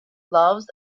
loves